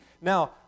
Now